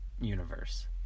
universe